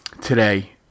Today